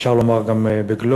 אפשר לומר גם ב"גלובס",